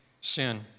sin